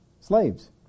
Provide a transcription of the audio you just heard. slaves